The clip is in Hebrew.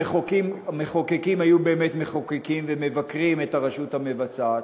המחוקקים היו באמת מחוקקים ומבקרים את הרשות המבצעת,